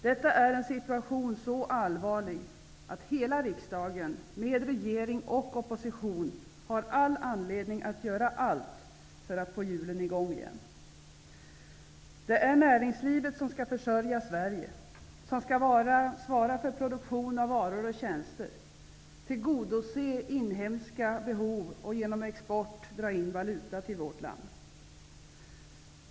Detta är en situation som är så allvarlig att hela riksdagen, med regering och opposition, har all anledning att göra allt för att få i gång hjulen igen. Det är näringslivet som skall försörja Sverige, som skall svara för produktion av varor och tjänster, tillgodose inhemska behov och genom export dra in valuta till vårt land.